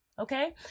okay